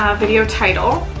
ah video title.